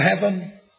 heaven